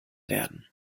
werden